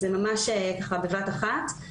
זה ממש בבת אחת.